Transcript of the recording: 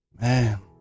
Man